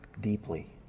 deeply